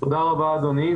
תודה רבה, אדוני.